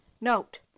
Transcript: Note